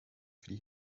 für